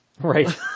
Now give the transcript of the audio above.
right